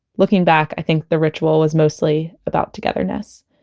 looking back, i think the ritual was mostly about togetherness